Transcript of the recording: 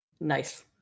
Nice